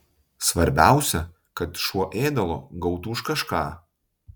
svarbiausia kad šuo ėdalo gautų už kažką